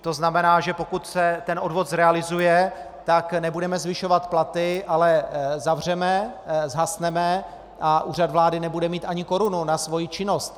To znamená, že pokud se ten odvod zrealizuje, tak nebudeme zvyšovat platy, ale zavřeme, zhasneme a Úřad vlády nebude mít ani korunu na svoji činnost.